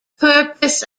purpose